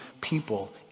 people